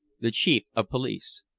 the chief of police.